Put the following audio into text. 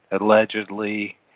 allegedly